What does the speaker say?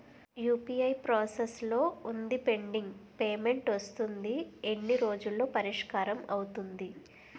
UPI process లో వుందిపెండింగ్ payment వస్తుంది ఎన్ని రోజుల్లో పరిష్కారం అవుతుంది